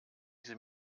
sie